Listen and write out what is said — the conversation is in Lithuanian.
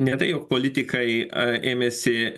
ne tai jog politikai ėmėsi